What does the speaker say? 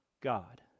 God